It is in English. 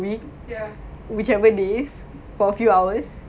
dude after my exams